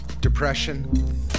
Depression